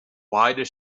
wider